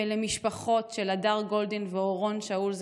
ולמשפחות של הדר גולדין ואורון שאול,